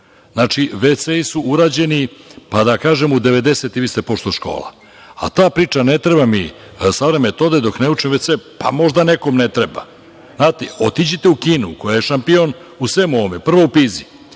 Znači, vecei su urađeni, pa da kažem u 90 i više pošto škola. A ta priča ne treba mi savremene metode dok nemam ve-ce, pa možda nekom ne treba. Znate, otiđite u Kinu, koja je šampion u svemu ovome, prvo u PIZI,